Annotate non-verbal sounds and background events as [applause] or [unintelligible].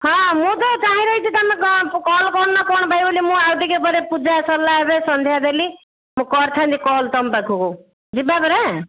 ହଁ ମୁଁ ତ [unintelligible] କଲ୍ କରୁନ କ'ଣ ପାଇଁ ବୋଲି ମୁଁ ଆଉ ଟିକେ ପରେ ପୂଜା ସରିଲା ଏବେ ସନ୍ଧ୍ୟା ଦେଲି ମୁଁ କରଥାନ୍ତି କଲ୍ ତମ ପାଖକୁ ଯିବା ପରା